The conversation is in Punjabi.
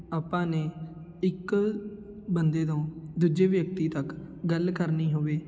ਆਪਾਂ ਨੇ ਇੱਕ ਬੰਦੇ ਤੋਂ ਦੂਜੇ ਵਿਅਕਤੀ ਤੱਕ ਗੱਲ ਕਰਨੀ ਹੋਵੇ